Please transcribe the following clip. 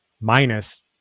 Minus